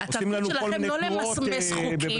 התפקיד שלכם לא למסמס חוקים,